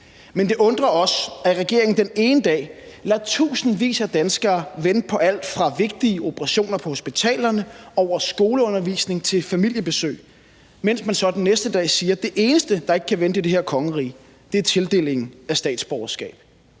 Men det undrer os, at regeringen den ene dag lader tusindvis af danskere vente på alt fra vigtige operationer på hospitalerne over skoleundervisning til familiebesøg, mens man så den næste dag siger, at det eneste, der ikke kan vente i det her kongerige, er tildelingen af statsborgerskab.